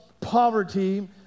poverty